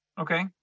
Okay